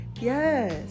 Yes